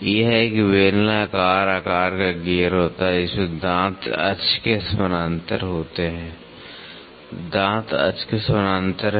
यह एक बेलनाकार आकार का गियर होता है जिसमें दांत अक्ष के समानांतर होते हैं दांत अक्ष के समानांतर हैं